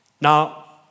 Now